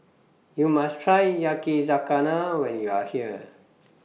YOU must Try Yakizakana when YOU Are here